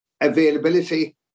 availability